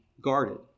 guarded